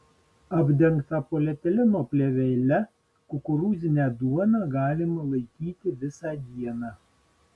apdengtą polietileno plėvele kukurūzinę duoną galima laikyti vieną dieną